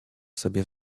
sobie